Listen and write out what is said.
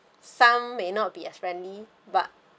some may not be as friendly but